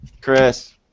Chris